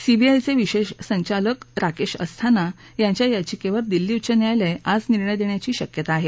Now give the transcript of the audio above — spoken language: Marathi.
सीबीआयचे विशेष संचालक राकेश अस्थाना यांच्या याचिकेवर दिल्ली उच्च न्यायालय आज निर्णय देण्याची शक्यता आहे